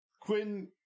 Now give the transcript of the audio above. Quinn